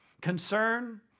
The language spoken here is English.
concern